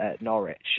Norwich